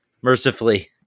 mercifully